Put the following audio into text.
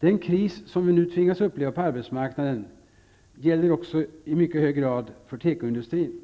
Den kris som vi nu tvingas uppleva på arbetsmarknaden omfattar också i mycket hög grad tekoindustrin.